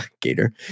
Gator